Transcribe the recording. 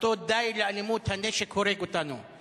הייתי בכמה דיוני ועדות, גם